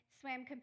swam